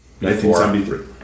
1973